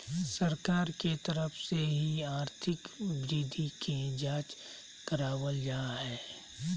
सरकार के तरफ से ही आर्थिक वृद्धि के जांच करावल जा हय